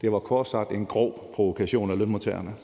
Det var kort sagt en grov provokation af lønmodtagerne.